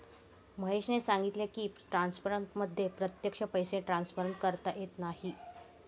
महेशने सांगितले की, ट्रान्सफरमध्ये प्रत्यक्ष पैसे ट्रान्सफर करता येत नाहीत